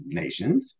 nations